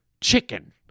chicken